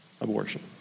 abortion